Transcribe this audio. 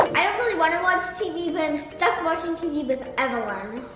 i don't really want to watch tv but i'm stuck watching tv with evelyn.